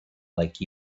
like